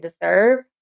deserve